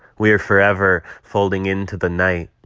we are forever folding into the night.